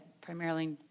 primarily